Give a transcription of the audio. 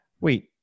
wait